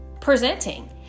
presenting